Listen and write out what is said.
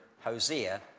Hosea